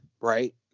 right